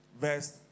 verse